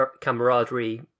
camaraderie